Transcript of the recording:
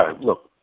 look